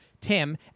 Tim